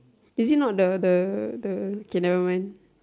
is he not the the the k never mind